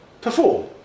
perform